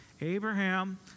Abraham